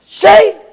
See